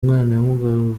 mwana